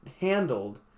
handled